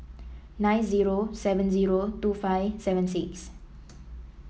nine zero seven zero two five seven six